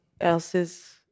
else's